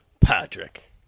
Patrick